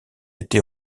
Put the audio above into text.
été